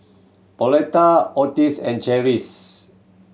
Pauletta Ottis and Cherise